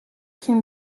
can